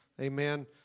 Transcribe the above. Amen